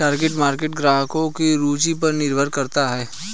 target market ग्राहकों की रूचि पर निर्भर करता है